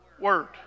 Word